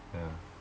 ya